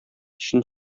өчен